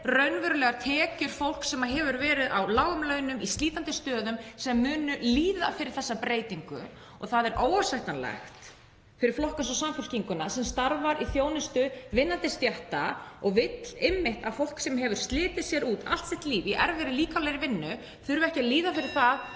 raunverulegar tekjur fólks sem hefur verið á lágum launum í slítandi störfum og mun líða fyrir þessa breytingu. Það er óásættanlegt fyrir flokka eins og Samfylkinguna sem starfar í þjónustu vinnandi stétta og vill einmitt að fólk sem hefur slitið sér út allt sitt líf í erfiðri líkamlegri vinnu þurfi ekki að líða fyrir það